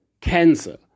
cancer